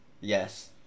Yes